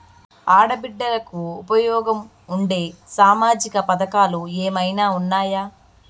ఆడ బిడ్డలకు ఉపయోగం ఉండే సామాజిక పథకాలు ఏమైనా ఉన్నాయా?